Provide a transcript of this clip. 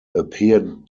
appeared